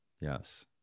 Yes